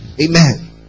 Amen